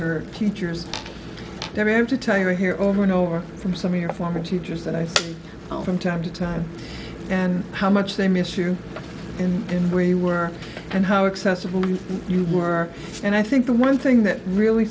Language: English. her teachers them to tell you i hear over and over from some of your former teachers and i own from time to time and how much they miss you and then where you were and how accessible you were and i think the one thing that really